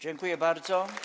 Dziękuję bardzo.